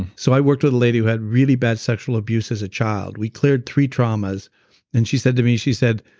and so i worked with a lady who had really bad sexual abuse as a child, we cleared three traumas and she said to me, she said,